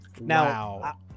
now